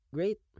Great